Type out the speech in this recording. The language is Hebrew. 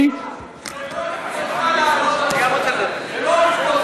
בתקופה הזאת הכנסנו,